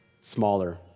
smaller